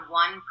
one